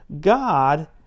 God